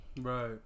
right